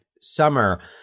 summer